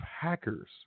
hackers